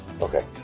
Okay